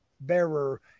bearer